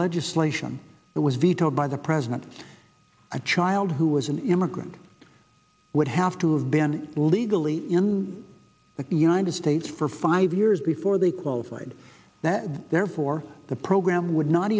legislation that was vetoed by the president at child who was an immigrant would have to have been legally in the united states for five years before they qualified that therefore the program would not